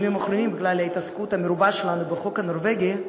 שבגלל ההתעסקות המרובה שלנו בחוק הנורבגי,